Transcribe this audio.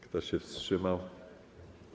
Kto się wstrzymał?